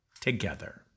together